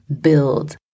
build